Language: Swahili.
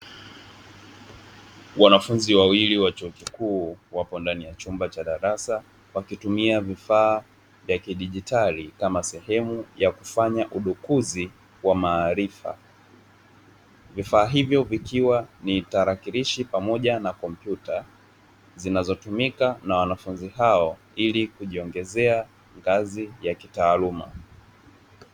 Wanafunzi wawili wa chuo kikuu wapo ndani ya chumba cha darasa wakitumia vifaa vya kidigitali kama sehemu ya kufanya udukuzi wa maarifa, vifaa hivyo vikiwa ni tarakirishi pamoja na kompyuta zinazotumika na wanafunzi hao ili kujiongezea ngazi ya kitaaluma.